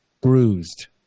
bruised